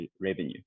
revenue